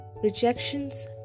Rejections